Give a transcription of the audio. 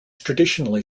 traditionally